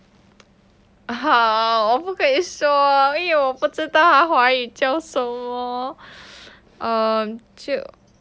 !huh! 我不可以说因为我不知道它华语叫什么 um 就